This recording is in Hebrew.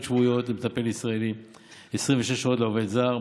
שבועיות של מטפל ישראלי ו-26 שעות של עובד זר.